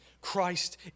Christ